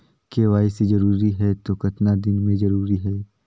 KYC जरूरी हे तो कतना दिन मे जरूरी है?